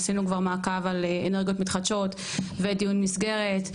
עשינו כבר מעקב על אנרגיות מתחדשות ודיון מסגרת.